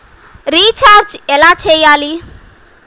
Recharge ఎలా చెయ్యాలి?